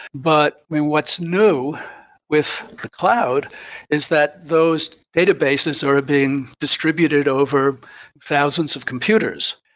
but what's new with the cloud is that those databases are being distributed over thousands of computers.